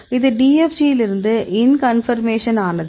இது DFG யிலிருந்து இன் கன்பர்மேஷன் ஆனது